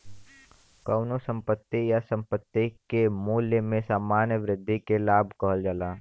कउनो संपत्ति या संपत्ति के मूल्य में सामान्य वृद्धि के लाभ कहल जाला